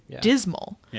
dismal